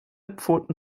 pfoten